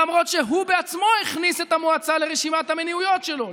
למרות שהוא בעצמו הכניס את המועצה לרשימת המניעויות שלו,